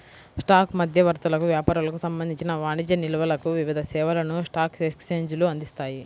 stock మధ్యవర్తులకు, వ్యాపారులకు సంబంధించిన వాణిజ్య నిల్వలకు వివిధ సేవలను స్టాక్ ఎక్స్చేంజ్లు అందిస్తాయి